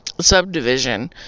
subdivision